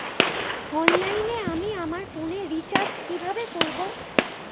অনলাইনে আমি আমার ফোনে রিচার্জ কিভাবে করব?